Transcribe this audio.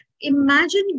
imagine